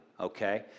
Okay